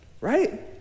right